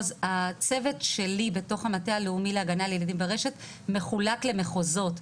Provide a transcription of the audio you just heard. הצוות שלי בתוך המטה הלאומי להגנה לילדים ברשת מחולק למחוזות.